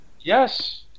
yes